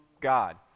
God